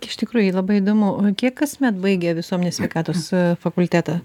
iš tikrųjų labai įdomu o kiek kasmet baigia visuomenės sveikatos fakultetą